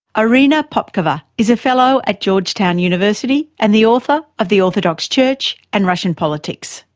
ah irina papkova is a fellow at georgetown university and the author of the orthodox church and russian politics.